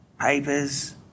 papers